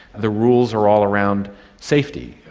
the rules are all around safety.